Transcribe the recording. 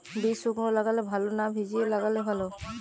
বীজ শুকনো লাগালে ভালো না ভিজিয়ে লাগালে ভালো?